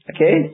Okay